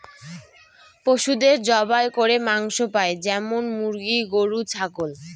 পশুদের জবাই করে মাংস পাই যেমন মুরগি, গরু, ছাগল